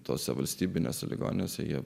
tose valstybinėse ligoninėse ji